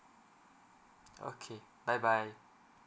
okay bye bye